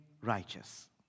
righteous